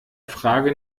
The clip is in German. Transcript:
frage